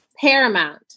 paramount